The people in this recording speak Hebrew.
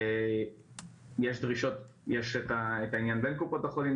יש את העניין בין קופות החולים.